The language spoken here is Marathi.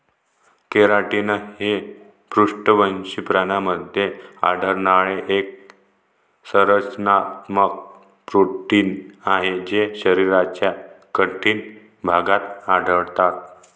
केराटिन हे पृष्ठवंशी प्राण्यांमध्ये आढळणारे एक संरचनात्मक प्रोटीन आहे जे शरीराच्या कठीण भागात आढळतात